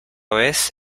vez